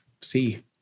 see